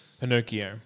Pinocchio